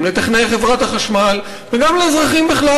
גם לטכנאי חברת החשמל וגם לאזרחים בכלל